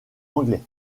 anglais